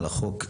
5. בסעיף 24א(ה)